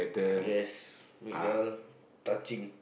yes make they all touching